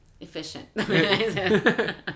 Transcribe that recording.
efficient